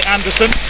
Anderson